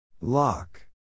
Lock